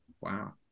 Wow